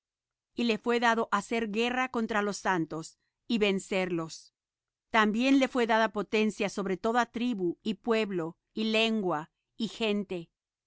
y le fué dado hacer guerra contra los santos y vencerlos también le fué dada potencia sobre toda tribu y pueblo y lengua y gente